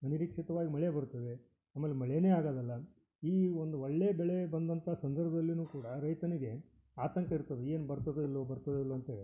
ಅನಿರೀಕ್ಷಿತ್ವಾಗಿ ಮಳೆ ಬರ್ತದೆ ಆಮೇಲೆ ಮಳೆನೇ ಆಗೋದಿಲ್ಲ ಈ ಒಂದು ಒಳ್ಳೇ ಬೆಳೇ ಬಂದಂಥ ಸಂದರ್ಭದಲ್ಲಿಯೂ ಕೂಡಾ ರೈತನಿಗೆ ಆತಂಕ ಇರ್ತದೆ ಏನು ಬರ್ತದೊ ಇಲ್ಲವೋ ಬರ್ತದೊ ಇಲ್ಲವೋ ಅಂತೇಳಿ